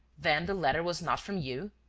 then the letter was not from you?